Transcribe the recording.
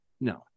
no